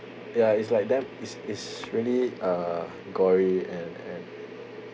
ya it's like damn is is really err gory and and